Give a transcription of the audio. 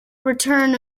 return